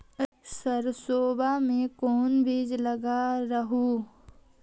सरसोई मे कोन बीज लग रहेउ?